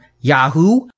yahoo